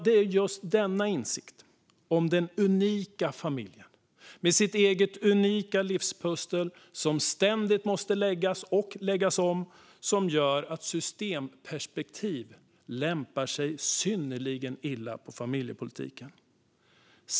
Det är just insikten om den unika familjen med sitt eget unika livspussel som ständigt måste läggas och läggas om som gör att systemperspektiv lämpar sig synnerligen illa i familjepolitiken.